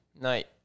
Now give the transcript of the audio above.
night